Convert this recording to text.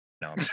No